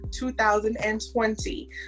2020